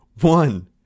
one